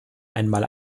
einmal